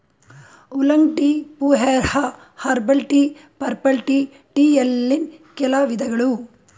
oolong tea, pu erh, herbal tea, purple tea ಟೀಯಲ್ಲಿನ್ ಕೆಲ ವಿಧಗಳು